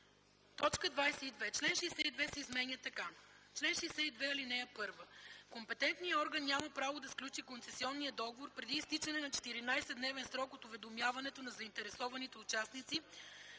22. Член 62 се изменя така: „Чл. 62. (1) Компетентният орган няма право да сключи концесионния договор преди изтичане на 14-дневен срок от уведомяването на заинтересуваните участници